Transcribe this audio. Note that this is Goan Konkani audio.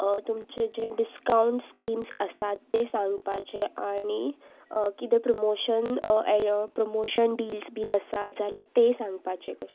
तुमचे जे डिस्कावंट स्किम्स आसात ते सांगपाचे आनी कितें प्रमोशन प्रमोशन डिल्स बीन आसा जाल्यार ते सांगपाचे कशें